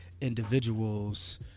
individuals